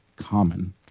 common